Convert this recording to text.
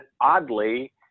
oddly